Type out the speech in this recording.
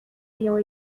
ayant